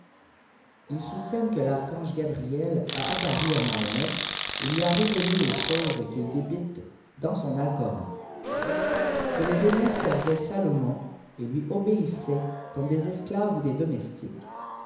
ils soutiennent que l'archange gabriel a apparu à mahomet et lui a révélé les choses qu'il débite dans son alcoîan que les dé mons servaient salomon et lui obéissaient comfne des esclaves ou des domestiques